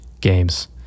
games